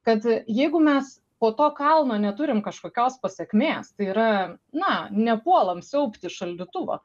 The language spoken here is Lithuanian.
kad jeigu mes po to kalno neturim kažkokios pasekmės tai yra na nepuolam siaubti šaldytuvo